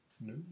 No